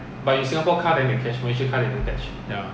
ya